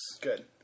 Good